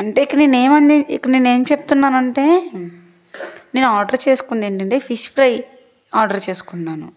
అంటే కానీ నేను ఏమని ఇప్పుడు నేనేం చెప్తున్నాను అంటే నేను ఆర్డర్ చేసుకుంది ఏంటంటే ఫిష్ ఫ్రై ఆర్డర్ చేసుకున్నాను